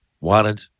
wanted